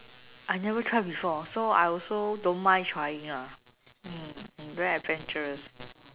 I never try before so I also don't mind trying lah mm I'm very adventurous